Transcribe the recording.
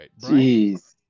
jeez